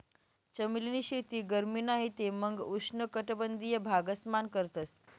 चमेली नी शेती गरमी नाही ते मंग उष्ण कटबंधिय भागस मान करतस